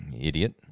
Idiot